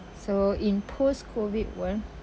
so in post COVID world